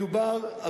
מדובר,